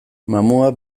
mamuak